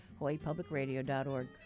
hawaiipublicradio.org